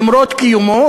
למרות קיומו,